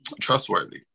trustworthy